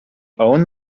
own